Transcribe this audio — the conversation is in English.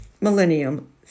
millennium